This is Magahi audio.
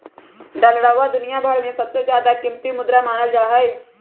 डालरवा दुनिया भर में सबसे ज्यादा कीमती मुद्रा मानल जाहई